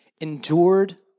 endured